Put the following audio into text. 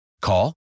Call